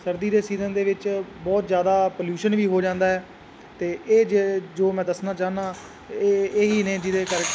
ਸਰਦੀ ਦੇ ਸੀਜ਼ਨ ਦੇ ਵਿੱਚ ਬਹੁਤ ਜ਼ਿਆਦਾ ਪੋਲਿਊਸ਼ਨ ਵੀ ਹੋ ਜਾਂਦਾ ਅਤੇ ਇਹ ਜੇ ਜੋ ਮੈਂ ਦੱਸਣਾ ਚਾਹੁੰਦਾ ਇਹ ਇਹ ਹੀ ਨੇ ਜਿਹਦੇ ਕਰ